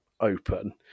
open